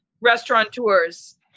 restaurateurs